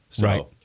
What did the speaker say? Right